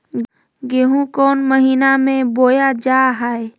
गेहूँ कौन महीना में बोया जा हाय?